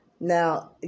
Now